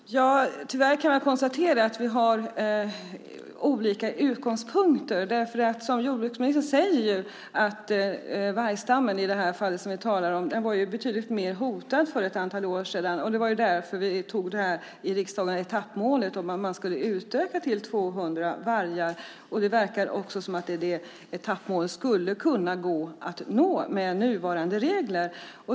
Fru talman! Tyvärr kan jag konstatera att vi har olika utgångspunkter. Jordbruksministern säger att vargstammen var betydligt mer hotad för ett antal år sedan, att vi i riksdagen därför antog etappmålet om att vi skulle utöka den till 200 vargar och att det verkar som om det etappmålet skulle gå att nå med nuvarande regler.